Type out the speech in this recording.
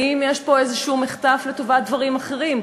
האם יש פה איזה מחטף לטובת דברים אחרים,